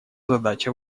задача